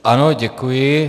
Ano, děkuji.